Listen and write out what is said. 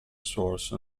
source